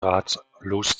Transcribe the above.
ratlos